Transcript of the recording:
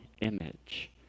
image